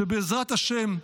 שבעזרת השם,